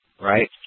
right